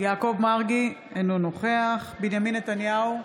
יעקב מרגי, אינו נוכח בנימין נתניהו,